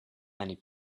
many